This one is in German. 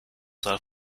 soll